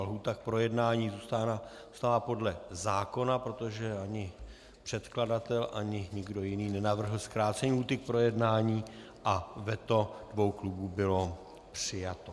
Lhůta projednání zůstává podle zákona, protože ani předkladatel ani nikdo jiný nenavrhl zkrácení lhůty k projednání a veto dvou klubů bylo přijato.